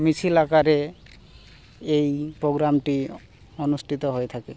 মিছিল আকারে এই প্রোগ্রামটি অনুষ্ঠিত হয়ে থাকে